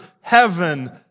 heaven